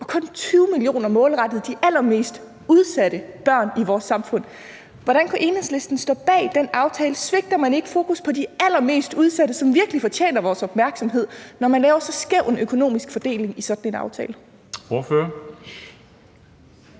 og kun 20 mio. kr. målrettet de allermest udsatte børn i vores samfund. Hvordan kunne Enhedslisten stå bag den aftale? Svigter man ikke sit fokus på de allermest udsatte, som virkelig fortjener vores opmærksomhed, når man laver så skæv en økonomisk fordeling i sådan en aftale?